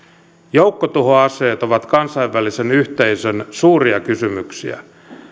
joukkotuhoaseet ovat kansainvälisen yhteisön suuria kysymyksiä